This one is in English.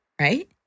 right